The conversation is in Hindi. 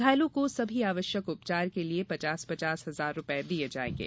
घायलों को सभी आवश्यक उपचार के लिए पचास पचास हजार रुपए दिए जाएंगे